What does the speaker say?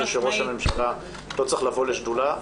אני חושב שראש הממשלה לא צריך לבוא לשדולה.